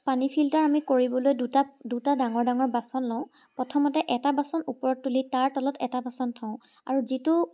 পানী ফিল্টাৰ কৰিবলৈ আমি দুটা দুটা ডাঙৰ ডাঙৰ বাচন লওঁ প্ৰথমতে এটা বাচন ওপৰত তুলি তাৰ তলত এটা বাচন থওঁ আৰু যিটো